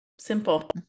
Simple